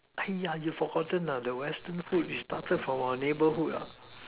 !aiya! you forgotten the Western food is started from our neighborhood ah